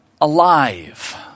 alive